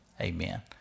Amen